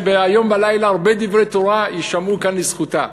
היום בלילה הרבה דברי תורה יישמעו כאן לזכותה.